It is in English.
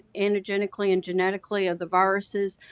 antigenically and genetically, of the viruses,